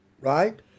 Right